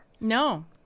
no